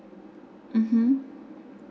mmhmm